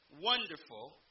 wonderful